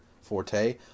forte